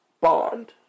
Bond